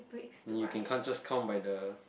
you can can't just count by the